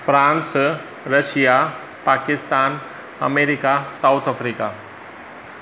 France Russia Pakistan America South Africa